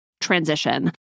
transition